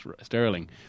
Sterling